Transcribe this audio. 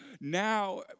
now